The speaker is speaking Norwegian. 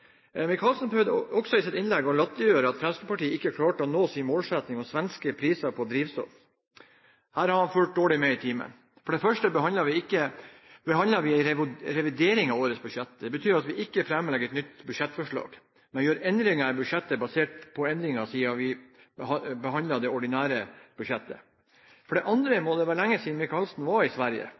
Micaelsen prøvde også i sitt innlegg å latterliggjøre at Fremskrittspartiet ikke klarte å nå sin målsetting om svenske priser på drivstoff. Her har han fulgt dårlig med i timen. For det første behandler vi en revidering av årets budsjett, det betyr at vi ikke framlegger et nytt budsjettforslag, men gjør endringer i budsjettet basert på endringer siden vi behandlet det ordinære budsjettet. For det andre må det være lenge siden Micaelsen var i Sverige,